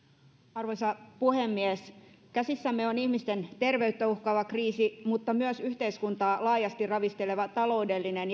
arvoisa puhemies käsissämme on ihmisten terveyttä uhkaava kriisi mutta myös yhteiskuntaa laajasti ravisteleva taloudellinen